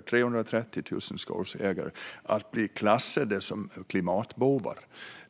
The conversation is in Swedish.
330 000 enskilda skogsägare att bli klassade som klimatbovar.